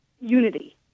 unity